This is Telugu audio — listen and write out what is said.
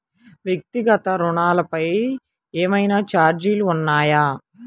వ్యక్తిగత ఋణాలపై ఏవైనా ఛార్జీలు ఉన్నాయా?